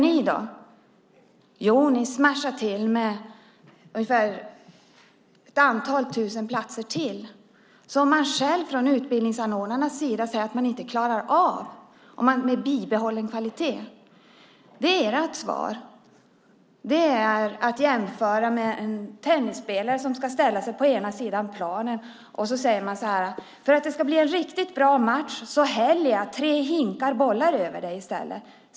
Jo, de smashar till med ytterligare ett antal tusen platser, platser som utbildningsanordnarna säger att de inte klarar av med bibehållen kvalitet. Det är oppositionens svar. Det kan jämföras med att en tennisspelare ställer sig på ena sidan av planen och man säger till honom: För att det ska bli en riktigt bra match häller jag tre hinkar med bollar över dig.